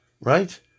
Right